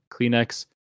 kleenex